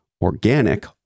organic